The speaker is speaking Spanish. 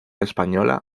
española